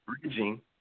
Bridging